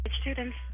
students